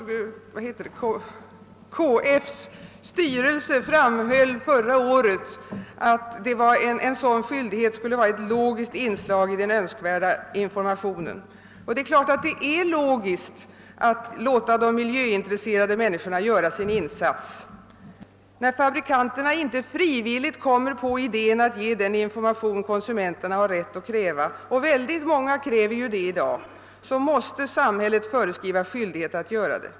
KF:s styrelse framhöll förra året att en sådan skyldighet skulle vara ett logiskt inslag i den önskvärda informationen. Det är naturligtvis 1ogiskt att låta de miljöintresserade människorna göra sin insats. När fabrikanterna inte frivilligt kommer på idén att ge den information som konsumenterna har rätt att kräva — och många kräver i dag sådan information — måste samhället föreskriva skyldighet för dem att göra det.